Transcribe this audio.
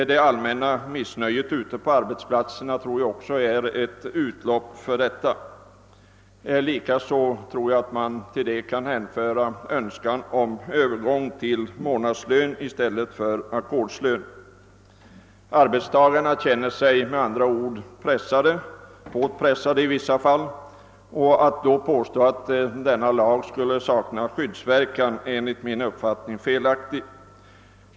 Allt detta har fått sitt utlopp i den allmänna oro som råder på arbetsplatserna och en önskan om övergång från ackordslön till månadslön. Arbetstagarna känner sig med andra ord hårt pressade. Att då påstå att denna lag skulle sakna skyddsverkan är enligt min uppfattning felaktigt.